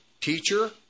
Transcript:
teacher